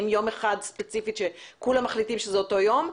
האם יום אחד ספציפית שכולם מחליטים שזה אותו יום,